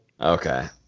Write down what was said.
Okay